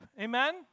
Amen